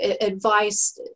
advice